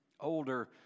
Older